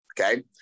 Okay